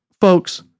folks